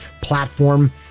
platform